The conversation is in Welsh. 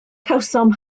cawsom